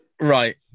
Right